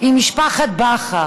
עם משפחת בכר